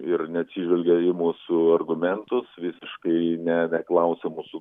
ir neatsižvelgia į mūsų argumentus visiškai ne neklausia mūsų